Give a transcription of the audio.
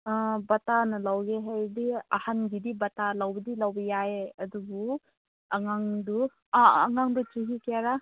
ꯑꯥ ꯕꯥꯇꯥꯅ ꯂꯧꯒꯦ ꯍꯥꯏꯔꯗꯤ ꯑꯍꯟꯒꯤꯗꯤ ꯕꯥꯇꯥ ꯂꯧꯕꯗꯤ ꯂꯧꯕ ꯌꯥꯏ ꯑꯗꯨꯕꯨ ꯑꯉꯥꯡꯗꯨ ꯑꯉꯥꯡꯗꯨ ꯆꯍꯤ ꯀꯌꯥꯔ